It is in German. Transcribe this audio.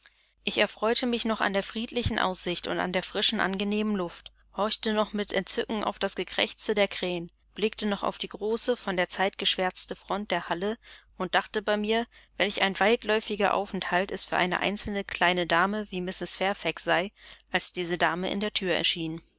ich erfreute mich noch an der friedlichen aussicht und an der frischen angenehmen luft horchte noch mit entzücken auf das gekrächze der krähen blickte noch auf die große von der zeit geschwärzte front der halle und dachte bei mir welch ein weitläufiger aufenthalt es für eine einzelne kleine dame wie mrs fairfax sei als diese dame in der thür erschien